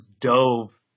dove